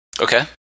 Okay